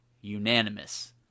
unanimous